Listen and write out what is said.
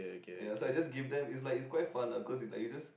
ya so I just give them it's like it's quite fun ah cause it's like you just